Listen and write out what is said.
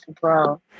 bro